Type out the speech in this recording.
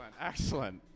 Excellent